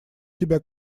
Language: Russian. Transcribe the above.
тебя